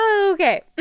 okay